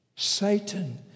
Satan